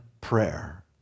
prayer